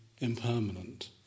impermanent